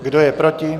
Kdo je proti?